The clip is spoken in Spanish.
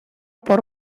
por